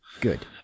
Good